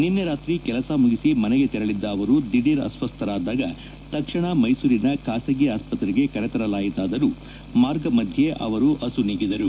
ನಿನ್ನೆ ರಾತ್ರಿ ಕೆಲಸ ಮುಗಿಸಿ ಮನೆಗೆ ತೆರಳಿದ್ದ ಅವರು ದಿಢೀರ್ ಅಸ್ವಸ್ಥರಾದಾಗ ತಕ್ಷಣ ಮೈಸೂರಿನ ಖಾಸಗಿ ಆಸ್ಪತ್ತೆಗೆ ಕರೆತರಲಾಯಿತಾದರೂ ಮಾರ್ಗ ಮಧ್ಯೆ ಅಸು ನೀಗಿದರು